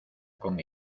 con